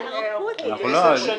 אוקיי, שלושה חודשים.